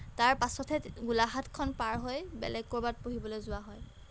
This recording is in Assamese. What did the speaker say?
তাৰ পাছতহে গোলাঘাটখন পাৰ হৈ বেলেগ ক'ৰবাত পঢ়িবলৈ যোৱা হয়